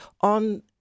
on